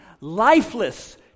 lifeless